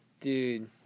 Dude